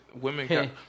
women